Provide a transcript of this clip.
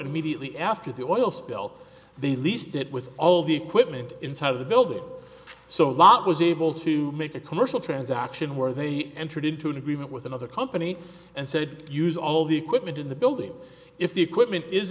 immediately after the oil spill they leased it with all the equipment inside of the building so a lot was able to make a commercial transaction where they entered into an agreement with another company and said use all the equipment in the building if the equipment is